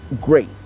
great